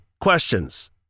Questions